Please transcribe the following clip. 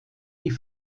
die